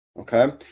Okay